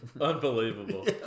Unbelievable